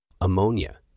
Ammonia